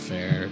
Fair